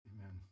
amen